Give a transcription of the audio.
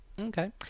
Okay